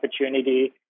opportunity